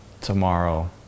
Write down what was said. tomorrow